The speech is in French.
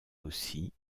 aussi